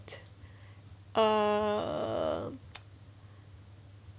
uh